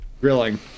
Grilling